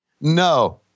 No